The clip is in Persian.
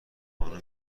خانم